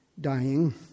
dying